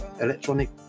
electronic